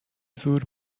زور